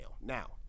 Now